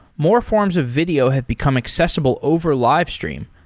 more forms of video have become accessible over live stream,